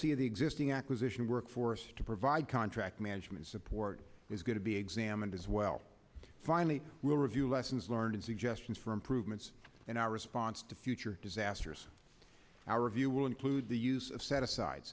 of the existing acquisition workforce to provide contract management support is going to be examined as well finally we'll review lessons learned and suggestions for improvements in our response to future disasters our view will include the use of set aside